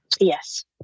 Yes